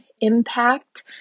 impact